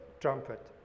trumpet